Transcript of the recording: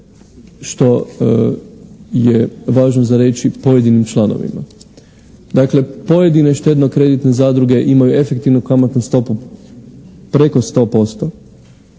što je važno za reći pojedinim članovima. Dakle, pojedine štedno-kreditne zadruge imaju efektivnu kamatnu stopu preko 100%,